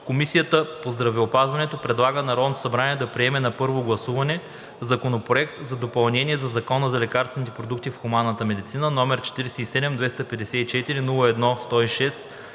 Комисията по здравеопазването предлага на Народното събрание да приеме на първо гласуване Законопроект за допълнение на Закона за лекарствените продукти в хуманната медицина, № 47-254-01-106,